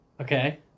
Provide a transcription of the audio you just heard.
okay